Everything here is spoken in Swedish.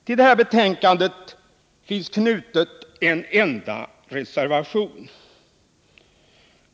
Till utskottets betänkande har avgivits en enda reservation.